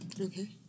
Okay